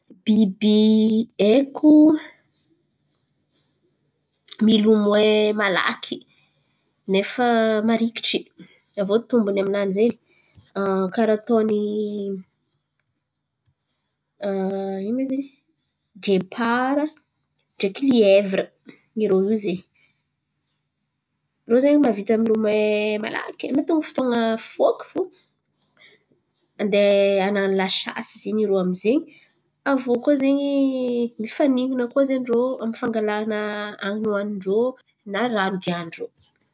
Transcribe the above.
Biby haiko milomoay malaky nefa marikitry aviô tombony aminany zen̈y karà ataony gepara ndraiky liaivira irô io ze. Irô ze mavita milomay malaky an̈atiny fotoana foky fo andeha an̈ano lasasy zen̈y irô amize. Aviô koa ze mifanina koa zen̈y rô amy fangalan̈a an̈iny oanin-drô na ran̈o higian-drô.